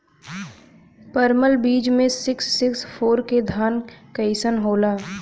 परमल बीज मे सिक्स सिक्स फोर के धान कईसन होला?